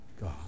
God